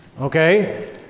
Okay